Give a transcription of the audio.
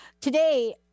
Today